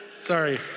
Sorry